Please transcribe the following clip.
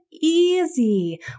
easy